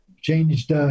changed